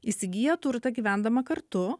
įsigyja turtą gyvendama kartu